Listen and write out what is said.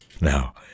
Now